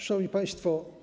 Szanowni Państwo!